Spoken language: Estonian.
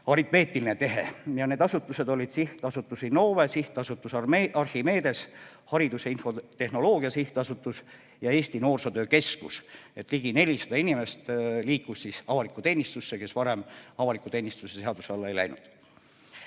aritmeetiline tehe. Need asutused olid Sihtasutus Innove, Sihtasutus Archimedes, Hariduse Infotehnoloogia Sihtasutus ja Eesti Noorsootöö Keskus. Ligi 400 inimest liikus avalikku teenistusse, kes varem avaliku teenistuse seaduse alla ei läinud.